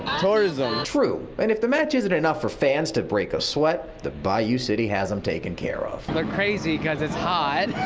tourism. reporter true. but and if the match isn't enough for fans to break a sweat, the bayou city has them taken care of. they're crazy cause it's hot.